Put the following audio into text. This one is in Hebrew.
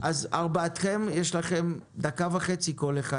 לארבעתכם יש דקה וחצי לכל אחד,